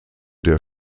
der